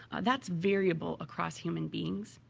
that's variable across human beings,